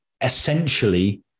essentially